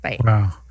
Wow